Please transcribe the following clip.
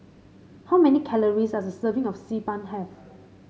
how many calories does a serving of Xi Ban have